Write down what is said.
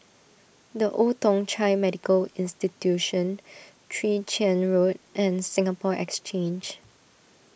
the Old Thong Chai Medical Institution Chwee Chian Road and Singapore Exchange